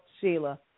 Sheila